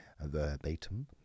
verbatim